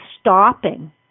stopping